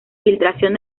filtración